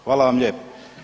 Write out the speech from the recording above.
Hvala vam lijepo.